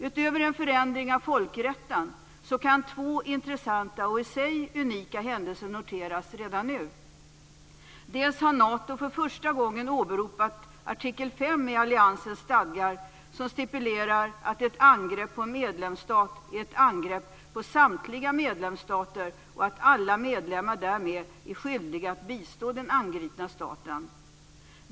Utöver en förändring av folkrätten kan två intressanta och i sig unika händelser noteras redan nu. För första gången har Nato åberopat artikel 5 i alliansens stadgar som stipulerar att ett angrepp på en medlemsstat är ett angrepp på samtliga medlemsstater och att alla medlemmar därmed är skyldiga att bistå den angripna staten.